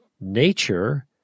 nature